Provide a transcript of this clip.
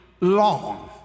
long